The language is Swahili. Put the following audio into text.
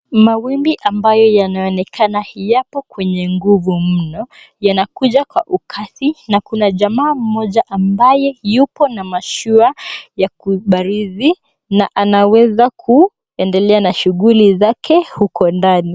Mawimbi ambayo yanaonekana yapo kwenye nguvu mno, yanakuja kwa ukasi na kuna jamaa mmoja ambaye yupo na mashua ya kubarizi na anaweza kuendelea na shughuli zake huko ndani.